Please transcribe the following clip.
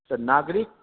तऽ नागरिक